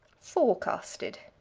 forecasted.